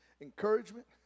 encouragement